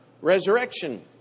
resurrection